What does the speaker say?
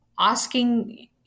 asking